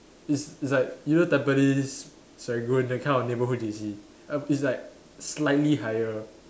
it's it's like you know Tampines Serangoon that kind of neighbourhood J_C um it's like slightly higher